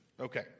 Okay